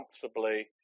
comfortably